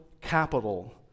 capital